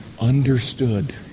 understood